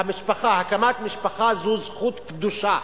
שהקמת משפחה זו זכות קדושה,